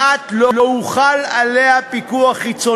האזרחות, שמאריכים את זה בהוראות שעה מאז